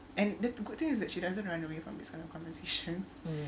and the good thing is that she doesn't run away from this kind of conversations